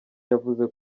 yavuze